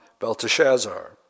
Belteshazzar